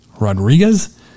Rodriguez